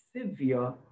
severe